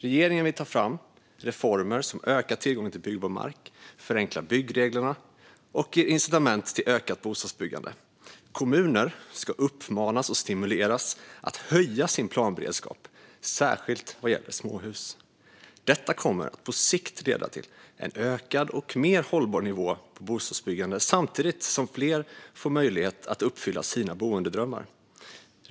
Regeringen vill ta fram reformer som ökar tillgången till byggbar mark, förenklar byggreglerna och ger incitament till ökat bostadsbyggande. Kommuner ska uppmanas och stimuleras att höja sin planberedskap, särskilt vad gäller småhus. Detta kommer på sikt att leda till en ökad och mer hållbar nivå på bostadsbyggandet samtidigt som fler får möjlighet att uppfylla sina boendedrömmar.